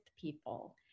people